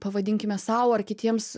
pavadinkime sau ar kitiems